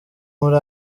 muri